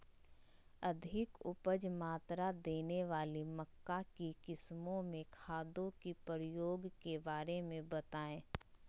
अधिक उपज मात्रा देने वाली मक्का की किस्मों में खादों के प्रयोग के बारे में बताएं?